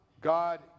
God